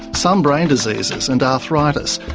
some brain diseases, and arthritis,